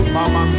Mama